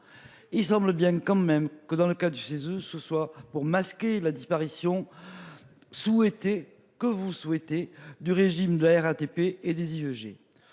Il semble bien quand même que dans le cas du CESE ce soir pour masquer la disparition. Souhaiter que vous souhaitez du régime de la RATP et des IEG.